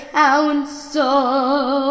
council